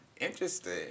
Interesting